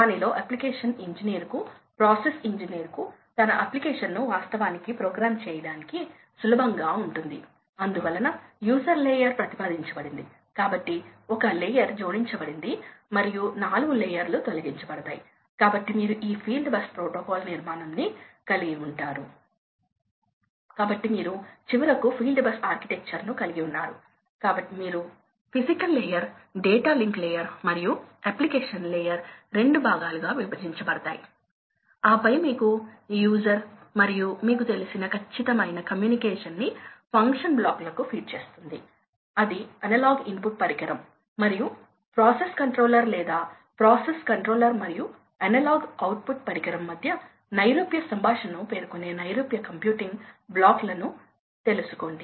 ఇది స్థిరమైన 40 curve 40 horsepower కాబట్టి మేము ఎక్కడ ఉన్నాము మేము 35 వద్ద ఉన్నాము ఇప్పుడు 80 ప్రవాహంగా ఉన్నప్పుడు ఏమి జరుగుతుంది అంటే మీరు ఇక్కడ ఉన్నప్పుడు కాబట్టి మీరు ఇక్కడ ఉన్నారు కాబట్టి మీరు 80 కర్వ్ వద్ద ఉన్నారు ఇప్పుడు మీరు ఎక్కడ ఉన్నారు ఈ కర్వ్ మరియు ఈ కర్వ్ సమాంతరంగా కదులుతున్నాయని మీరు చూస్తున్నారు కనుక ఇది ఇక్కడ 35 అయితే అది కూడా 35 గా ఉంటుంది అందుకే ఇది కూడా 35 మీరు ఇక్కడ 60 చేస్తే మీరు ఎక్కడ ఉన్నారు 60 ఎక్కడో ఒక చోట ఉంటాది కాబట్టి మీరు ఇక్కడ ఉన్నారు కాబట్టి ఇది కొద్దిగా తగ్గింది మీరు దీనిని 30 కర్వ్ చూస్తారు